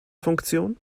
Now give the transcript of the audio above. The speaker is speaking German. funktion